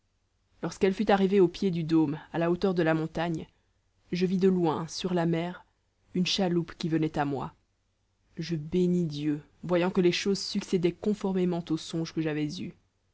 lorsqu'elle fut arrivée au pied du dôme à la hauteur de la montagne je vis de loin sur la mer une chaloupe qui venait à moi je bénis dieu voyant que les choses succédaient conformément au songe que j'avais eu